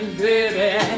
baby